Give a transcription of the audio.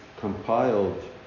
compiled